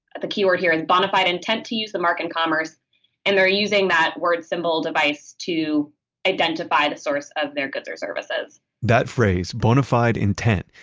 the keyword here, and bonafide intent to use the mark and commerce and they're using that word, symbol, device to identify the source of their goods or services that phrase, bonafide intent,